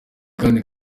kandi